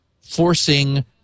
forcing